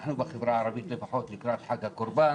אנחנו בחברה הערבית לפחות לקראת חג הקורבן